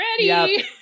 ready